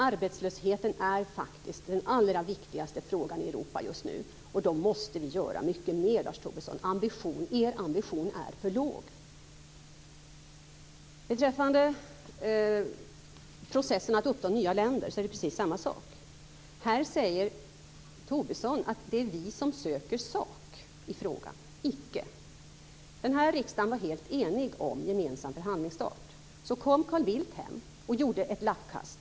Arbetslösheten är faktiskt den allra viktigaste frågan i Europa just nu, och då måste vi göra mycket mer, Lars Tobisson. Er ambitionsnivå är för låg. EU är det precis samma sak. Tobisson säger att vi söker sak i frågan. Icke! Den här riksdagen var helt enig om en gemensam förhandlingsstart. Så kom Carl Bildt hem och gjorde ett lappkast.